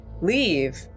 leave